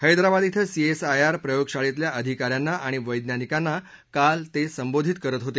हैदराबाद इथं C S I R प्रयोग शाळेतल्या अधिका यांना आणि वैज्ञानिकांना काल ते संबोधित करत होते